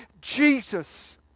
Jesus